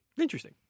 Interesting